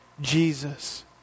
Jesus